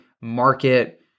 market